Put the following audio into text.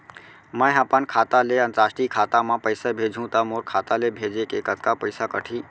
मै ह अपन खाता ले, अंतरराष्ट्रीय खाता मा पइसा भेजहु त मोर खाता ले, भेजे के कतका पइसा कटही?